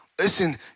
Listen